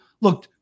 Look